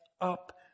up